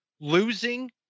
losing